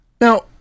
Now